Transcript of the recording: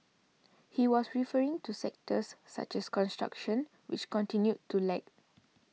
he was referring to sectors such as construction which continued to lag